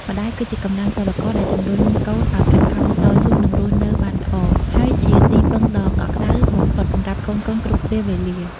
ម្ដាយ គឺជាកម្លាំងចលករដែលជំរុញកូនឲ្យខិតខំ តស៊ូ និងរស់នៅបានល្អ ហើយជាទីពឹងដ៏កក់ក្តៅបំផុតសម្រាប់កូនៗគ្រប់ពេលវេលា។